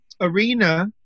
Arena